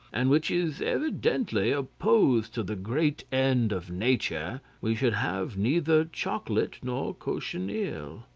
and which is evidently opposed to the great end of nature, we should have neither chocolate nor cochineal.